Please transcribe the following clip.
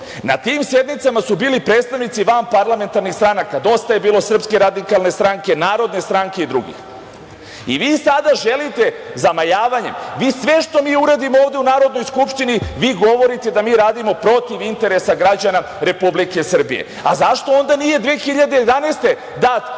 Na tim sednicama su bili predstavnici vanparlamentarnih stranaka, Dosta je bila, Srpska radikalna stranka, Narodna stranka i drugih. Sve što mi uradimo u Narodnoj skupštini vi govorite da mi radimo protiv interesa građana Republike Srbije. Zašto onda nije 2011.